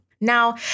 Now